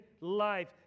life